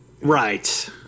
Right